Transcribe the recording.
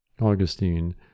Augustine